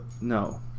No